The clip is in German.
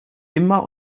immer